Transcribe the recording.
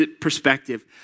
perspective